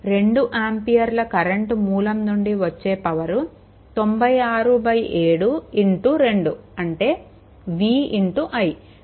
2 ఆంపియర్ల కరెంట్ మూలం నుండి వచ్చే పవర్ 967 2 అంటే v i